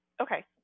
Okay